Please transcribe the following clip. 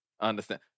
Understand